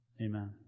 Amen